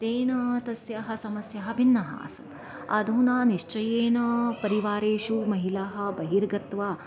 तेन तस्याः समस्याः भिन्नाः आसन् अधुना निश्चयेन परिवारेषु महिलाः बहिर्गत्वा